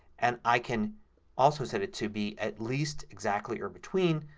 and i can also set it to be at least, exactly, or between.